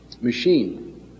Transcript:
machine